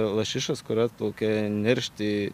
lašišas kur atplaukia neršti